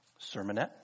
Sermonette